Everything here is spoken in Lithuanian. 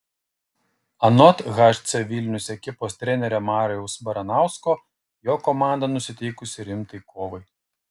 anot hc vilnius ekipos trenerio mariaus baranausko jo komanda nusiteikusi rimtai kovai